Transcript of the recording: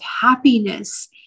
happiness